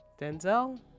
denzel